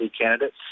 candidates